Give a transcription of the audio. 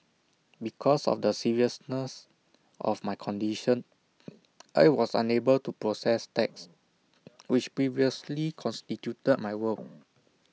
because of the seriousness of my condition I was unable to process text which previously constituted my world